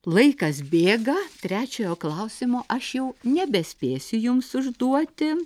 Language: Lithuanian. laikas bėga trečiojo klausimo aš jau nebespėsiu jums užduoti